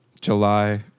July